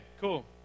cool